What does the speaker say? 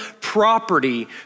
property